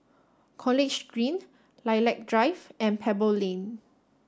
College Green Lilac Drive and Pebble Lane